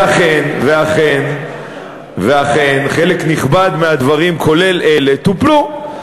ואכן חלק נכבד מהדברים, כולל אלה, טופלו.